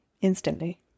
instantly